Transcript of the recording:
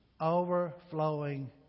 Overflowing